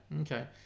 Okay